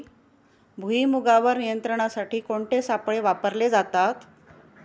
भुईमुगावर नियंत्रणासाठी कोणते सापळे वापरले जातात?